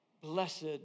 Blessed